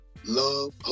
Love